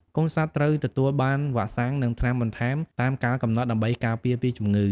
កូនសត្វត្រូវទទួលបានវ៉ាក់សាំងនិងថ្នាំបន្ថែមតាមកាលកំណត់ដើម្បីការពារពីជំងឺ។